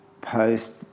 post